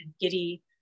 giddy